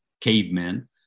cavemen